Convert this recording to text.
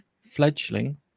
fledgling